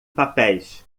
papéis